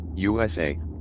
USA